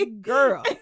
Girl